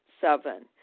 Seven